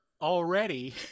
Already